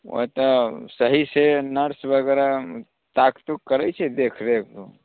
ओतऽ सही से नर्स वगैरह ताकतूक करै छै देखरेख